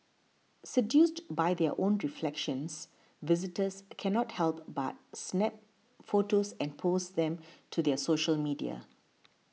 seduced by their own reflections visitors cannot help but snap photos and post them to their social media